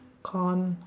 corn